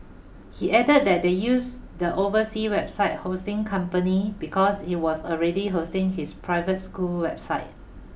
he added that they used the overseas website hosting company because it was already hosting his private school website